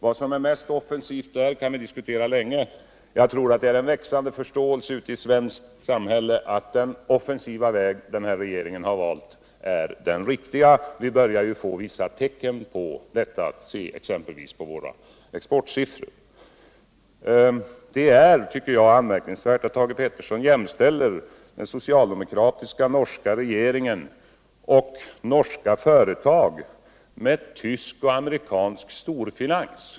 Vad som är mest offensivt av de båda 185 metoderna kan vi diskutera länge, men jag tror att det ute i våra samhällen finns en växande förståelse för att den offensiva väg som denna regering har valt är den riktiga. Vi börjar ju se vissa tecken på det. Se exempelvis på våra exportsiffror! Jag tycker att det är anmärkningsvärt att Thage Peterson jämställer den socialdemokratiska norska regeringen och norska företag med tysk och amerikansk storfinans.